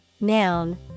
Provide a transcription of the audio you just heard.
noun